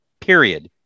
period